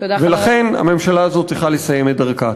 ולכן הממשלה הזאת צריכה לסיים את דרכה.